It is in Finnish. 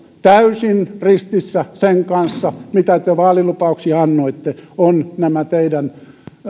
täysin ristissä sen kanssa mitä te vaalilupauksia annoitte ovat nämä teidän